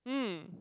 mm